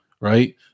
right